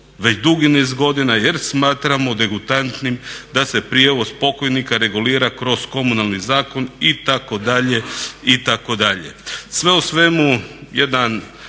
već dugi niz godina jer smatramo degutantnim da se prijevoz pokojnika regulira kroz Komunalni zakon itd.